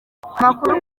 amakuru